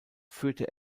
führte